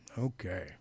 Okay